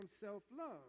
self-love